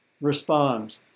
respond